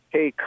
Hey